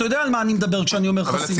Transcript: אתה יודע על מה אני מדבר כשאני אומר חסינות.